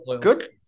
good